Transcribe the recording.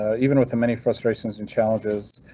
even with the many frustrations and challenges,